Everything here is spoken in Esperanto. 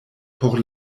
por